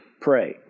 pray